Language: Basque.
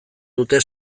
dute